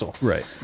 Right